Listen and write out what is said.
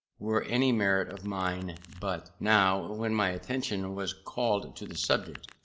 were any merit of mine but, now when my attention was called to the subject,